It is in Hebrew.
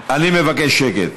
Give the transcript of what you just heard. אני מבקש שקט.